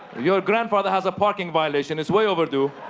your grandfather has a parking violation. it's way overdue.